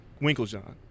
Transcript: Winklejohn